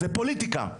זה פוליטיקה,